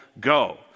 go